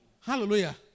Hallelujah